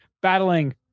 battling